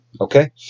Okay